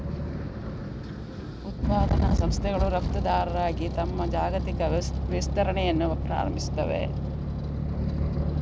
ಉತ್ಪಾದನಾ ಸಂಸ್ಥೆಗಳು ರಫ್ತುದಾರರಾಗಿ ತಮ್ಮ ಜಾಗತಿಕ ವಿಸ್ತರಣೆಯನ್ನು ಪ್ರಾರಂಭಿಸುತ್ತವೆ